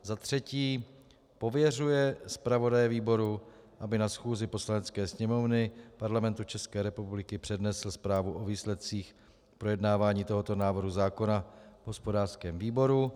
za třetí pověřuje zpravodaje výboru, aby na schůzi Poslanecké sněmovny Parlamentu České republiky přednesl zprávu o výsledcích projednávání tohoto návrhu zákona v hospodářském výboru.